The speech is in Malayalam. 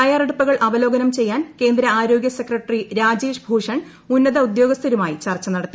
തയ്യാറെടുപ്പുകൾ അവലോകനം ചെയ്യാൻ കേന്ദ്ര ആരോഗ്യ സെക്രട്ടറി രാജേഷ് ഭൂഷൻ ഉന്നത ഉദ്യോഗസ്ഥരുമായി ചർച്ച നടത്തി